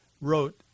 wrote